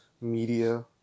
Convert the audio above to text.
media